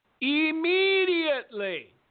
Immediately